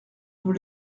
nous